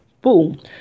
Boom